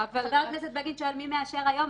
אבל חבר הכנסת בגין שאל מי מאשר היום.